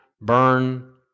burn